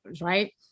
right